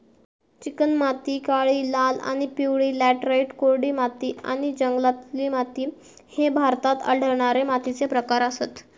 चिकणमाती, काळी, लाल आणि पिवळी लॅटराइट, कोरडी माती आणि जंगलातील माती ह्ये भारतात आढळणारे मातीचे प्रकार आसत